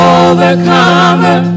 overcomer